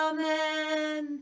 Amen